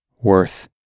worth